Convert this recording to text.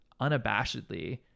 unabashedly